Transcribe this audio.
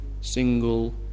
single